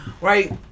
right